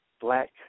black